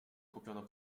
kupiono